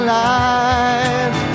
life